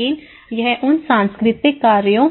लेकिन यह उन सांस्कृतिक कारकों